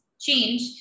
change